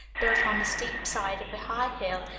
built on the steep side of a high hill,